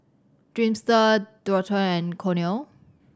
Dreamster Dualtron and Cornell